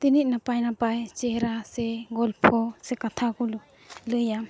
ᱛᱤᱱᱟᱹᱜ ᱱᱟᱯᱟᱭᱼᱱᱟᱯᱟᱭ ᱪᱮᱦᱨᱟ ᱥᱮ ᱜᱚᱞᱯᱚ ᱥᱮ ᱠᱟᱛᱷᱟ ᱠᱚ ᱞᱟᱹᱭᱟ